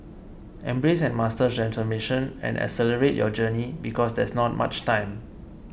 embrace and master transformation and accelerate your journey because there's not much time